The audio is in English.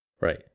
Right